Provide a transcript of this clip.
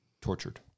Tortured